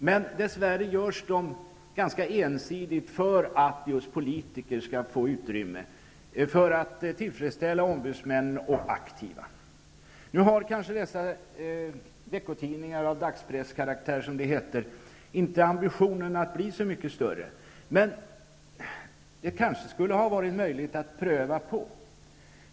Men dess värre görs de ganska ensidigt just för att politiker skall få utrymme, för att tillfredsställa ombudsmän och aktiva. Nu har kanske dessa veckotidningar av dagspresskaraktär, som det heter, inte ambitionen att bli så mycket större, men det kanske skulle ha varit en möjlighet att pröva.